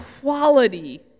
quality